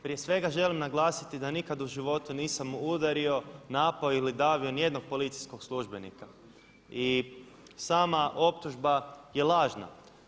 Prije svega želim naglasiti da nikad u životu nisam udario, napao ili davio nijednog policijskog službenika i sama optužba je lažna.